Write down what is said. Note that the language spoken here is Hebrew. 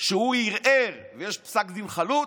שהוא ערער ויש פסק דין חלוט,